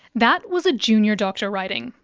that was a junior doctor writing,